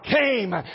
came